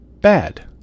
bad